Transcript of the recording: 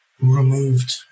removed